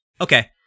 Okay